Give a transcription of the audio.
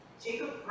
Jacob